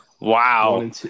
Wow